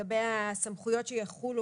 לגבי הסמכויות שיחולו,